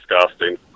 disgusting